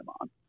on